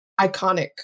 iconic